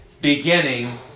beginning